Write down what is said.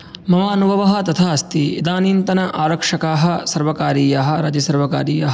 मम अनुभवः तथा अस्ति इदानीन्तन आरक्षकाः सर्वकारीयाः राज्यसर्वकारीयाः